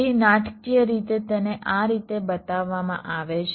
તે નાટકીય રીતે તેને આ રીતે બતાવવામાં આવે છે